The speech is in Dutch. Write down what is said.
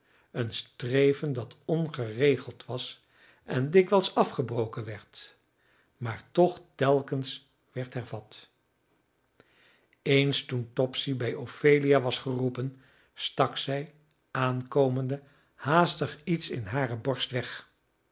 goede een streven dat ongeregeld was en dikwijls afgebroken werd maar toch telkens werd hervat eens toen topsy bij ophelia was geroepen stak zij aankomende haastig iets in hare borst weg